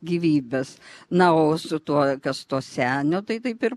gyvybės na o su tuo kas to senio tai taip ir